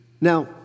Now